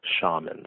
shamans